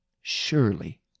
Surely